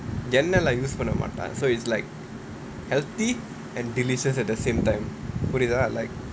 எண்ணெய் எல்லாம்:ennai yellaam I use பண்ண மாட்டேன்:panna maataen so it's like healthy and delicious at the same time புரிதா:purithaa like